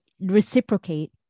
reciprocate